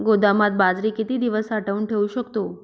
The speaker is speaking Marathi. गोदामात बाजरी किती दिवस साठवून ठेवू शकतो?